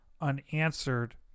unanswered